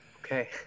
Okay